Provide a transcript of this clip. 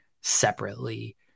separately